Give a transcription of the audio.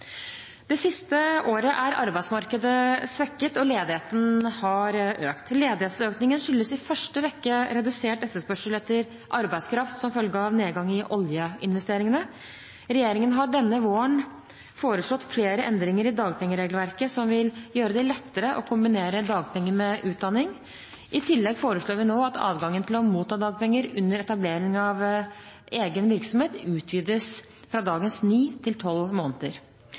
Det siste året er arbeidsmarkedet svekket, og ledigheten har økt. Ledighetsøkningen skyldes i første rekke redusert etterspørsel etter arbeidskraft, som følge av nedgang i oljeinvesteringene. Regjeringen har denne våren foreslått flere endringer i dagpengeregelverket som vil gjøre det lettere å kombinere dagpenger med utdanning. I tillegg foreslår vi nå at adgangen til å motta dagpenger under etablering av egen virksomhet utvides fra dagens ni måneder, til tolv måneder,